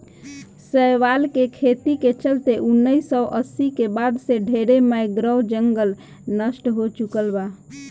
शैवाल के खेती के चलते उनऽइस सौ अस्सी के बाद से ढरे मैंग्रोव जंगल नष्ट हो चुकल बा